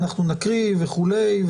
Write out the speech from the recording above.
אנחנו נקריא וכולי,